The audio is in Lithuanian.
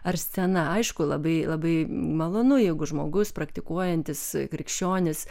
ar scena aišku labai labai malonu jeigu žmogus praktikuojantis krikščionis